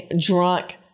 drunk